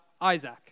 Isaac